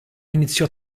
iniziò